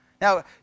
Now